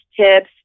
tips